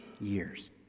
years